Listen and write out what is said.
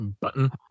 Button